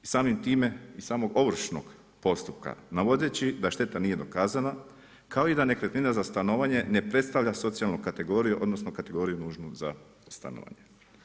Samim time, iz samog ovršnog postupka, navodeći da šteta nije dokazana, kao i da nekretnina za stanovanje ne predstavlja socijalnu kategoriju odnosno kategoriju nužnu za stanovanje.